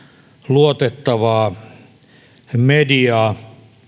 luotettavaa mediaa